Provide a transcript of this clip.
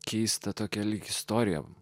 keista tokia lyg istorijom